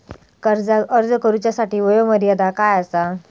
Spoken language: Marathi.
कर्जाक अर्ज करुच्यासाठी वयोमर्यादा काय आसा?